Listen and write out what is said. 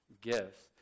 gifts